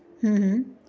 हं हं